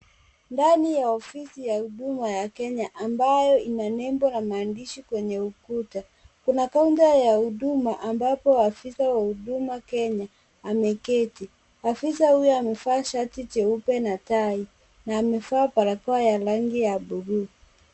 Ndani ya ofisi ya huduma ya Kenya ambayo ina nembo na maandishi kwenye ukuta ,kuna kaunta ya huduma ambapo afisa wa Huduma Kenya ameketi, afisa huyu amevaa shati jeupe na tai na amevaa barakoa ya rangi ya bluu.